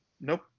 Nope